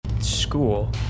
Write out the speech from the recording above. School